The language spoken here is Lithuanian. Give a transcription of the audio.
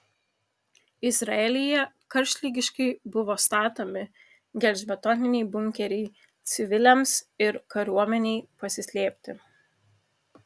izraelyje karštligiškai buvo statomi gelžbetoniniai bunkeriai civiliams ir kariuomenei pasislėpti